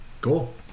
cool